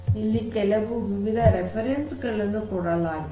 ಇಲ್ಲಿ ಕೆಲವು ವಿವಿಧ ಉಲ್ಲೇಖಗಳನ್ನು ಕೊಡಲಾಗಿದೆ